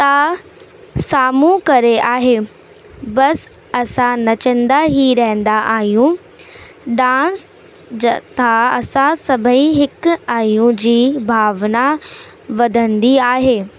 त साम्हूं करे आहे बसि असां नचंदा ई रहंदा आहियूं डांस ज तव्हां असां सभेई हिकु आहियूं जी भावना वधंदी आहे